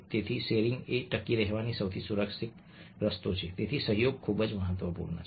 તેથી શેરિંગ એ ટકી રહેવાનો સૌથી સુરક્ષિત રસ્તો હતો તેથી સહયોગ ખૂબ જ મહત્વપૂર્ણ હતો